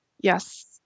Yes